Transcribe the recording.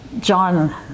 John